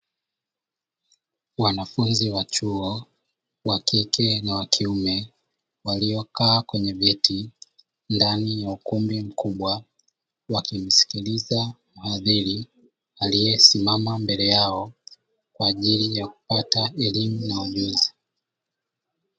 Wanafunzi wa chuo wa kike na wa kiume, waliokaa kwenye viti ndani ya ukumbi mkubwa, wakimsikiliza mhadhiri aliyesimama mbele yao kwa ajili ya kupata elimu na ujuzi.